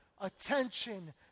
attention